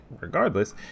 regardless